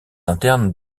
interne